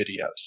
videos